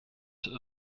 that